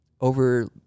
over